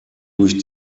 durch